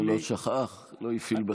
לא שכח, לא הפעיל בכוונה.